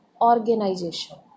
organization